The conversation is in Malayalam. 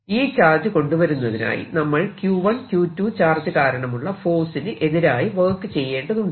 ഈ ചാർജ് കൊണ്ടുവരുന്നതിനായി നമ്മൾ Q1 Q2 ചാർജുകാരണമുള്ള ഫോഴ്സിന് എതിരായി വർക്ക് ചെയ്യേണ്ടതുണ്ട്